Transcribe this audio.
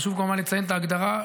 חשוב כמובן לציין את ההגדרה,